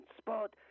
spot